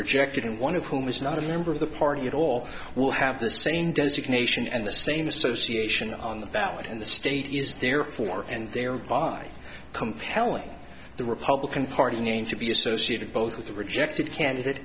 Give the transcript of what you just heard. rejected and one of whom is not a member of the party at all will have the same designation and the same association on the ballot in the state is therefore and thereby compelling the republican party name to be associated both with the rejected candidate